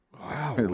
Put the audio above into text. Wow